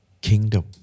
kingdom